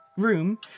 room